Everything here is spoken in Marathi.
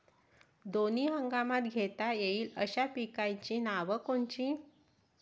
दोनी हंगामात घेता येईन अशा पिकाइची नावं कोनची?